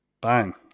Bang